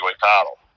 title